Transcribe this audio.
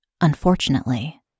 Unfortunately